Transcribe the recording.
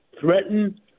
threaten